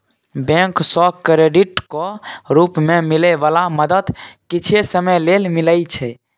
bank सँ क्रेडिटक रूप मे मिलै बला मदद किछे समय लेल मिलइ छै